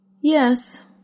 Yes